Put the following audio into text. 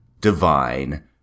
divine